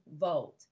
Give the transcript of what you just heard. vote